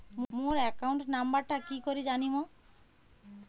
মোর account নাম্বারটা কি করি জানিম?